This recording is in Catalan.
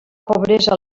pobresa